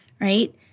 right